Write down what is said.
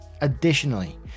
Additionally